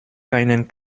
keinen